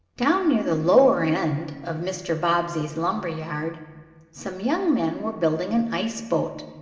down near the lower end of mr. bobbsey's lumber yard some young men were building an ice-boat.